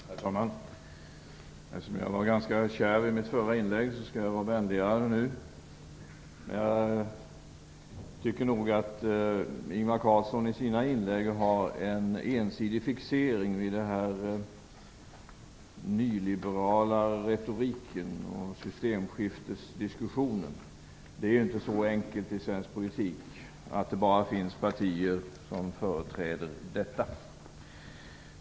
Herr talman! Eftersom jag var ganska kärv i mitt förra inlägg ska jag vara vänligare nu. Jag tycker att Ingvar Carlsson i sina inlägg har en ensidig fixering vid den nyliberala retoriken och systemskiftesdiskussionen. Det är inte så enkelt i svensk politik att det bara finns borgerliga partier som företräder detta.